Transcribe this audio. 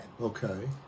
Okay